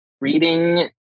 reading